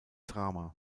drama